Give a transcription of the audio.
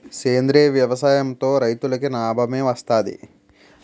సేంద్రీయ వ్యవసాయం తో రైతులకి నాబమే వస్తది